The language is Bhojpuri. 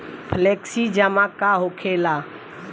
फ्लेक्सि जमा का होखेला?